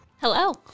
Hello